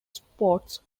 spots